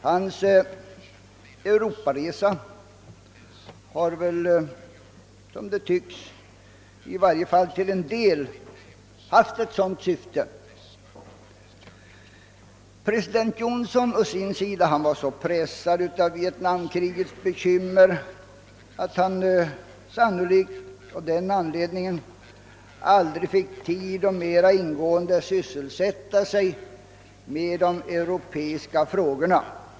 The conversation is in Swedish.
Hans europaresa tycks i varje fall delvis ha haft ett sådant syfte. President Johnson å sin sida var så pressad av Vietnamkrigets bekymmer, att han sannolikt av den anledningen aldrig fick tid att mera ingående sysselsätta sig med de europeiska frågorna.